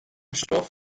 stoff